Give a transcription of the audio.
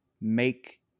make